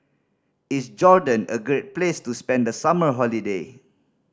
is Jordan a great place to spend the summer holiday